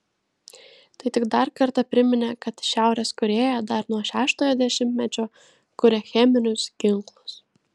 tai tik dar kartą priminė kad šiaurės korėja dar nuo šeštojo dešimtmečio kuria cheminius ginklus